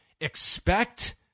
expect